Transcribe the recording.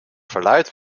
verluidt